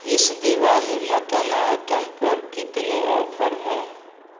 इस Diwali mutton items पर कितने ऑफर हैं